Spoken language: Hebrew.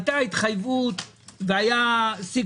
אני יודע שהוגש נייר עמדה ונייר עבודה שישבו על זה ועדה